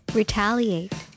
retaliate